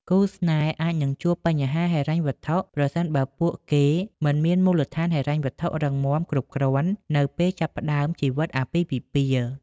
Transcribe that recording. គូស្នេហ៍អាចនឹងជួប បញ្ហាហិរញ្ញវត្ថុ ប្រសិនបើពួកគេមិនមានមូលដ្ឋានហិរញ្ញវត្ថុរឹងមាំគ្រប់គ្រាន់នៅពេលចាប់ផ្តើមជីវិតអាពាហ៍ពិពាហ៍។